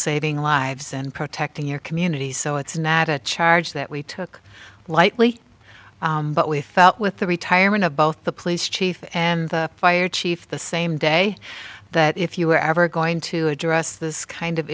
saving lives and protecting your communities so it's not a charge that we took lightly but we felt with the retirement of both the police chief and the fire chief the same day that if you were ever going to address this kind of